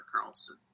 Carlson